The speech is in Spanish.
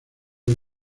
los